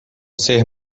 ser